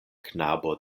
knabo